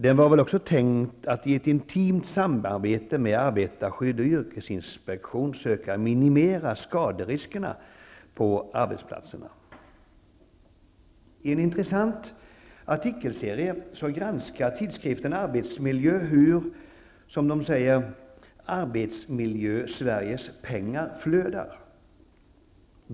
Den var väl också tänkt att i ett intimt samarbete med arbetarskydd och yrkesinspektion söka minimera skaderiskerna på arbetsplatserna. I en intressant artikelserie granskar tidskriften Arbetsmiljö hur, som de säger, ''Arbetsmiljösveriges pengar flödar''.